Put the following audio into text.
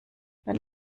wenn